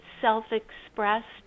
self-expressed